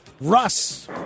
Russ